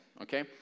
Okay